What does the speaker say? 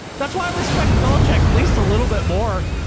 that's why i respect bellacheck at least a little bit more.